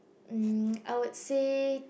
mm I would say